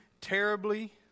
terribly